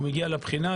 מגיע לבחינה.